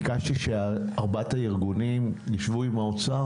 ביקשתי שארבעת הארגונים יישבו עם האוצר,